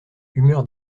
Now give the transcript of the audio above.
humeur